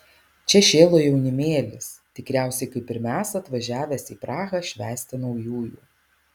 čia šėlo jaunimėlis tikriausiai kaip ir mes atvažiavęs į prahą švęsti naujųjų